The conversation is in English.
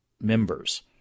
members